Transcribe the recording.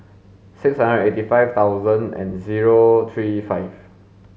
six hundred eighty five thousand and zero three five